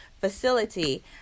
facility